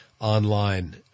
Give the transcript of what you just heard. online